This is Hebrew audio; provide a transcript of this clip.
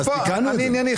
אני ענייני,